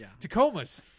Tacomas